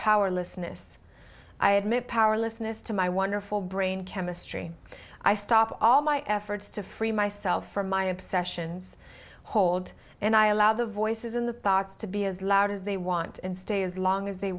powerlessness i admit powerlessness to my wonderful brain chemistry i stop all my efforts to free myself from my obsessions hold and i allow the voices in the thoughts to be as loud as they want and stay as long as they